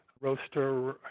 roaster